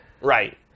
Right